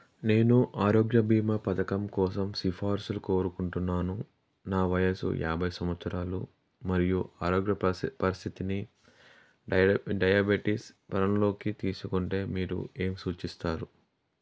నేను ఆరోగ్య భీమా పథకం కోసం సిఫార్సులు కోరుకుంటున్నాను నా వయసు యాభై సంవత్సరాలు మరియు ఆరోగ్య పరిస్థిత్ పరిస్థితిని డయాబెటిస్ పరంలోకి తీసుకుంటే మీరు ఏం సూచిస్తారు